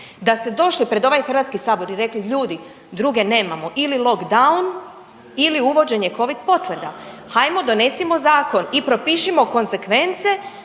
da ste došli pred ovaj Hrvatski sabor i rekli, ljudi druge nemamo ili lockdown ili uvođenje Covid potvrda, hajmo donesimo zakon i propišemo konsekvence